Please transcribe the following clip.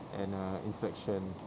and uh inspection